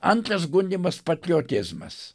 antras gundymas patriotizmas